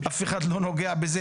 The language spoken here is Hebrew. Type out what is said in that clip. אף אחד לא נוגע בהם,